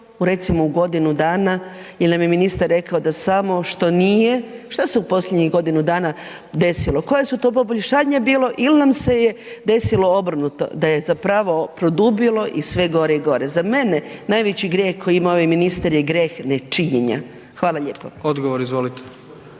recimo u godinu dana jel nam je ministar rekao da samo što nije, šta se u posljednjih godinu dana desilo, koja su to poboljšanja bilo il nam se je desilo obrnuto da je zapravo produbilo i sve gore i gore. Za mene najveći grijeh koji imao je ministar je greh nečinjenja. Hvala lijepo. **Jandroković,